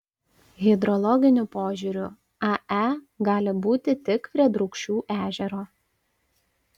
hidrologiniu požiūriu ae gali būti tik prie drūkšių ežero